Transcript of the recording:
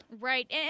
Right